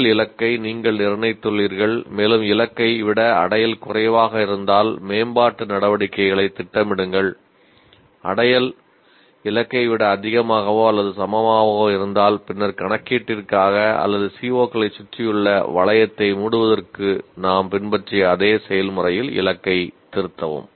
உங்கள் இலக்கை நீங்கள் நிர்ணயித்துள்ளீர்கள் மேலும் இலக்கை விட அடையல் குறைவாக இருந்தால் மேம்பாட்டு நடவடிக்கைகளைத் திட்டமிடுங்கள் அடையல் இலக்கை விட அதிகமாகவோ அல்லது சமமாகவோ இருந்தால் பின்னர் கணக்கீட்டிற்காக அல்லது CO களைச் சுற்றியுள்ள வளையத்தை மூடுவதற்கு நாம் பின்பற்றிய அதே செயல்முறையில் இலக்கைத் திருத்தவும்